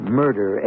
murder